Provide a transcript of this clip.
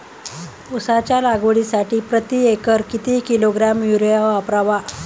उसाच्या लागवडीसाठी प्रति एकर किती किलोग्रॅम युरिया वापरावा?